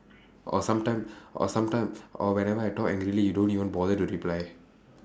or sometime or sometime or whenever I talk angrily you don't even bother to reply